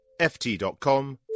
ft.com